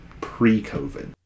pre-covid